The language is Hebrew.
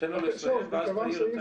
תן לו להשלים ואז תעיר מה שתרצה.